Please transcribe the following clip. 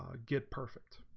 ah get perfect